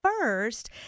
First